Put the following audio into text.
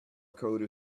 code